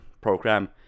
program